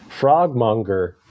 Frogmonger